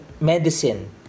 medicine